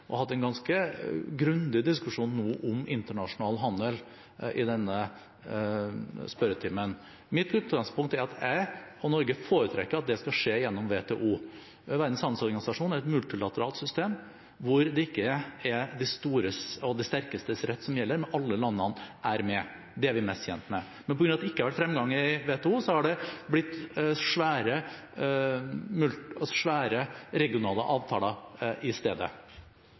og hatt en ganske grundig diskusjon om internasjonal handel i denne spørretimen. Mitt utgangspunkt er at jeg og Norge foretrekker at det skal skje gjennom WTO. Verdens handelsorganisasjon er et multilateralt system hvor det ikke er de store og de sterkestes rett som gjelder – alle landene er med. Det er vi mest tjent med. Men på grunn av at det ikke har vært fremgang i WTO, har det blitt svære regionale avtaler i stedet.